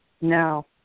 No